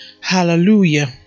Hallelujah